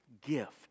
gift